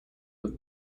have